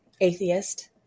Atheist